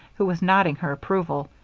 who was nodding her approval,